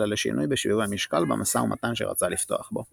אלא לשינוי בשיווי המשקל במשא ומתן שרצה לפתוח בו.